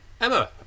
Emma